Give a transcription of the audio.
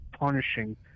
punishing